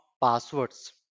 passwords